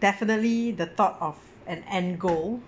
definitely the thought of an end goal